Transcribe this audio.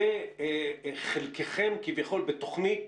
זה חלקכם כביכול בתכנית